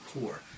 core